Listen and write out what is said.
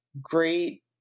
great